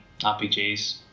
RPGs